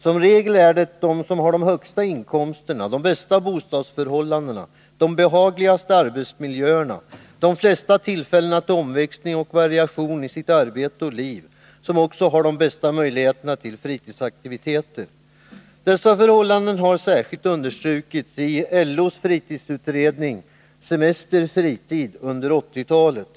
Som regel är det de som har de högsta inkomsterna, de bästa bostadsförhållandena, de behagligaste arbetsmiljöerna och de flesta tillfällena till omväxling och variation i sitt arbete och liv som också har de bästa möjligheterna till fritidsaktiviteter. Dessa förhållanden har särskilt understrukits i LO:s fritidsutredning Semester — fritid under 80-talet.